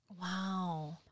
Wow